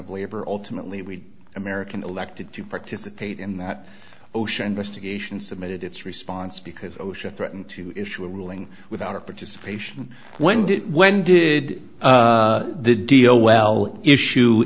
of labor ultimately we american elected to participate in that ocean based occasion submitted its response because osha threatened to issue a ruling without a participation when did when did the deal well issue